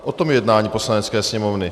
O tom je jednání Poslanecké sněmovny.